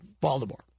Baltimore